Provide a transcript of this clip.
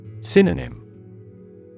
Synonym